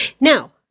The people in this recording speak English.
Now